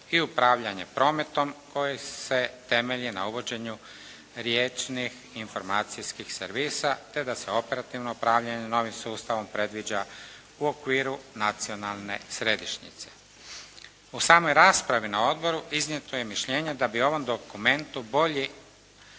i upravljanje prometom koji se temelji na uvođenju riječnih informacijskih servisa te da se operativno upravljanje novim sustavom predviđa u okviru nacionalne središnjice. U samoj raspravi na Odboru iznijeto je mišljenje da bi ovom dokumentu bolji